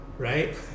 right